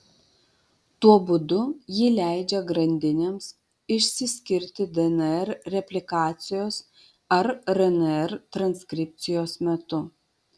tuo būdu ji leidžia grandinėms išsiskirti dnr replikacijos ar rnr transkripcijos metu